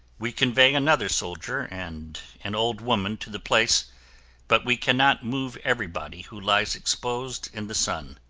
we convey another soldier and an old woman to the place but we cannot move everybody who lies exposed in the sun.